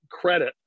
credit